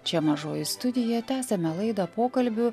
čia mažoji studija tęsiame laidą pokalbiu